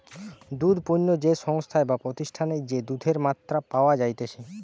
দুধ পণ্য যে সংস্থায় বা প্রতিষ্ঠানে যে দুধের মাত্রা পাওয়া যাইতেছে